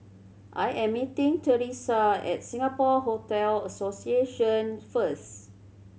I am meeting Theresa at Singapore Hotel Association first